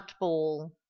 ball